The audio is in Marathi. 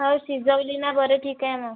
हो शिजवली ना बरं ठीक आहे ना